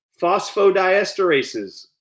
Phosphodiesterases